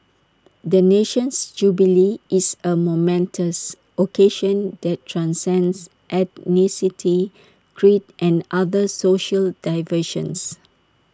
the nation's jubilee is A momentous occasion that transcends ethnicity creed and other social divisions